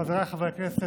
חבריי חברי הכנסת,